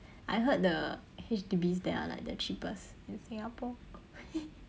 I heard the H_D_Bs there are like the cheapest in singapore